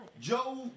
Joe